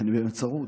אני צרוד.